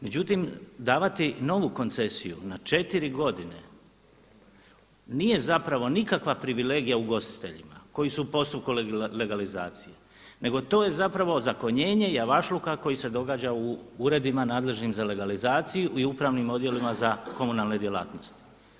Međutim davati novu koncesiju na četiri godine nije nikakva privilegija ugostiteljima koji su u postupku legalizacije nego to je ozakonjenje javašluka koji se događa u uredima nadležnim za legalizaciju i upravnim odjelima za komunalne djelatnosti.